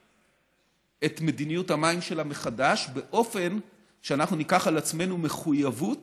את מדיניות המים שלה מחדש באופן שניקח עלינו מחויבות